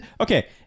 okay